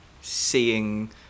seeing